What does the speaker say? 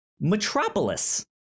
Metropolis